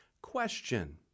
Question